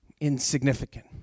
insignificant